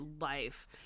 life